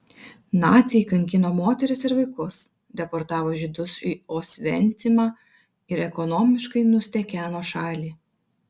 naciai kankino moteris ir vaikus deportavo žydus į osvencimą ir ekonomiškai nustekeno šalį